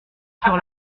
sur